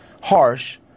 harsh